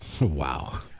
Wow